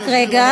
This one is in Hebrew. רק רגע,